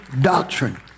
doctrine